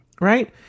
right